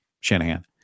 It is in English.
Shanahan